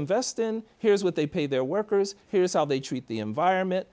invest in here's what they pay their workers here's how they treat the environment